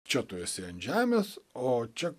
čia tu esi ant žemės o čia